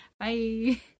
Bye